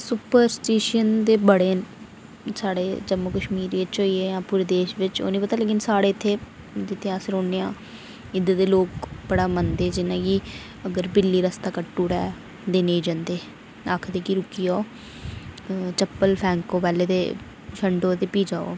superstition ते बड़े साढ़े जम्मू कश्मीर च होई ए जां पूरे देश बिच च ओह् निं पता लेकिन साढ़े इत्थै जित्थै अस रौंह्नें आं इद्धर दे लोक बड़ा मनदे जि'नेंगी अगर बिल्ली रस्ता कट्टुड़ै ते नेईं जंदे आखदे कि रुकी जाओ चप्पल फैकों पैह्लें ते छंड्डो ते प्ही जाओ